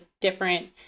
different